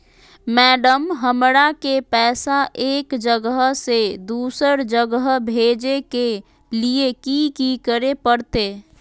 Madam, हमरा के पैसा एक जगह से दुसर जगह भेजे के लिए की की करे परते?